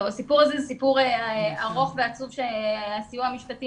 הסיפור הזה הוא סיפור ארוך ועצוב שהסיוע המשפטי